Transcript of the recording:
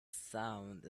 sound